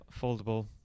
foldable